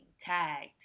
tagged